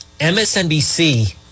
MSNBC